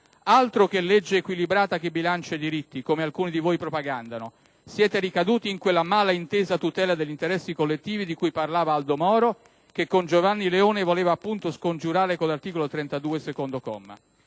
ad una legge equilibrata che bilancia i diritti, come alcuni di voi propagandano; siete ricaduti in quella «mala intesa tutela degli interessi collettivi» di cui parlava Aldo Moro, che con Giovanni Leone la voleva appunto scongiurare con l'articolo 32, comma